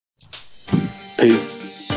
Peace